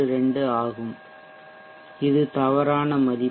62 ஆகும் இது தவறான மதிப்பு